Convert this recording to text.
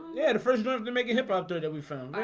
yeah the first sort of to make a hip hop door that we found